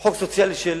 חוק סוציאלי, של